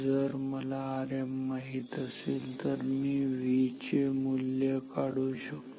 जर मला Rm माहित असेल तर मी V चे मूल्य काढू शकतो